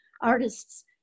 artists